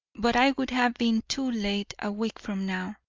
but i would have been too late a week from now.